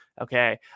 okay